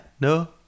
no